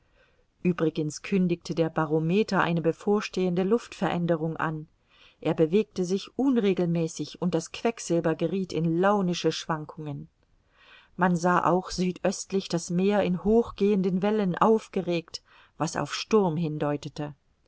uebrigens kündigte der barometer eine bevorstehende luftveränderung an er bewegte sich unregelmäßig und das quecksilber gerieth in launische schwankungen man sah auch südöstlich das meer in hochgehenden wellen aufgeregt was auf sturm hindeutete